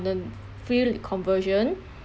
the free conversion